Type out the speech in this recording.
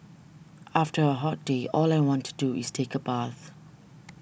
after a hot day all I want to do is take a bath